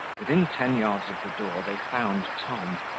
within ten yards of the door they found tom,